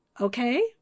okay